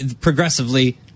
Progressively